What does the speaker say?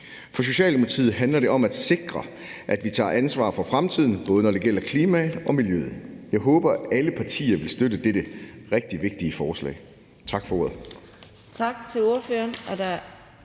For Socialdemokratiet handler det om at sikre, at vi tager ansvar for fremtiden, både når det gælder klimaet og miljøet. Jeg håber, at alle partier vil støtte dette rigtig vigtige forslag. Tak for ordet. Kl. 12:39 Anden